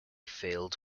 failed